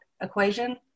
equation